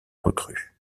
recrues